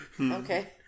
Okay